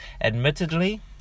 Admittedly